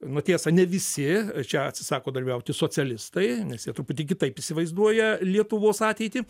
nu tiesa ne visi čia atsisako dalyvauti socialistai nes jie truputį kitaip įsivaizduoja lietuvos ateitį